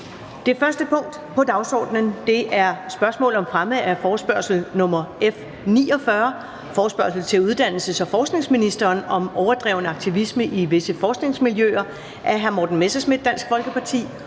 Det første punkt på dagsordenen er: 1) Spørgsmål om fremme af forespørgsel nr. F 49: Forespørgsel til uddannelses- og forskningsministeren om overdreven aktivisme i visse forskningsmiljøer. Af Morten Messerschmidt (DF) og Henrik